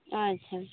ᱟᱪᱪᱷᱟ